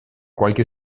qualche